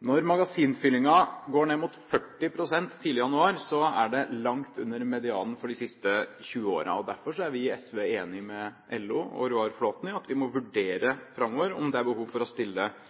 Når magasinfyllingen går ned mot 40 pst. tidlig i januar, er det langt under medianen for de siste 20 årene. Derfor er vi i SV enige med LO og Roar Flåthen om at vi må vurdere framover om det er behov for å stille strengere krav til å holde igjen vann i magasinene for å unngå at de går tomme. Det